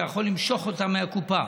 והוא יכול למשוך אותן מהקופה.